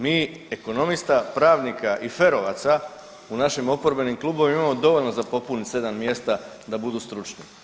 Mi ekonomista, pravnika i ferovaca u našim oporbenim klubovima imamo dovoljno za popuniti 7 mjesta da budu stručni.